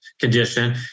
condition